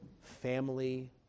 family